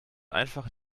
einfach